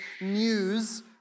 news